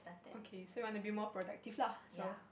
okay so you want to be more protective lah so